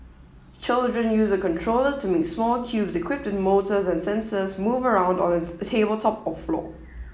children use a controller to make small cubes equipped with motors and sensors move around on the tabletop or floor